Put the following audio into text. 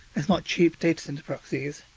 it's not cheap datacentre proxies.